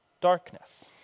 darkness